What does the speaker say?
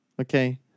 Okay